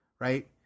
Right